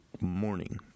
morning